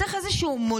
צריך איזה מודל